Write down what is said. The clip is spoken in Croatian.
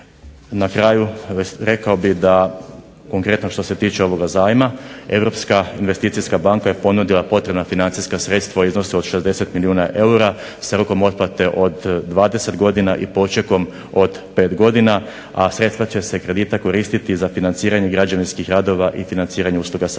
Na kraju rekao bih da konkretno što se tiče ovoga zajma, Europska investicijska banka je ponudila potrebna financijska sredstva u iznosu od 60 milijuna eura s rokom otplate od 20 godina i počekom od 5 godina, a sredstva će se kredita koristiti za financiranje građevinskih radova i financiranje usluga savjetnika.